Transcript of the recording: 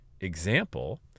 example